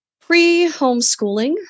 pre-homeschooling